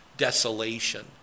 desolation